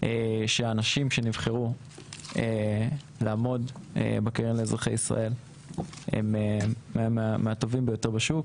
שהאנשים שנבחרו לעמוד בקרן לאזרחי ישראל הם מהטובים ביותר בשוק